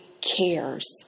cares